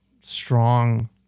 strong